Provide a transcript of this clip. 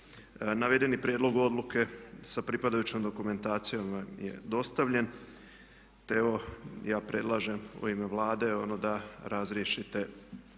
Navedeni prijedlog odluke sa pripadajućom dokumentacijom je dostavljen te evo ja predlažem u ime Vlade da razriješite